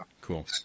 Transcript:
Cool